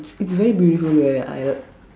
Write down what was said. it's it's very beautiful where I